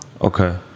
Okay